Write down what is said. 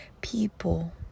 people